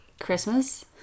Christmas